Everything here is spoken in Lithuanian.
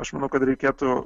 aš manau kad reikėtų